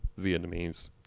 Vietnamese